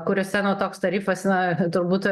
kuriose nu toks tarifas na turbūt